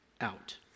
out